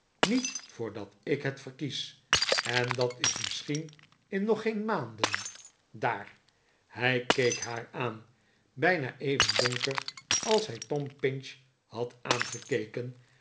niet voordat ik het verkies en dat is misschien nog in geen maanden daar hij keek haar aan bijna even donker als hij tom pinch had aangekeken